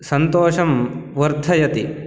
सन्तोषं वर्धयति